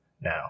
now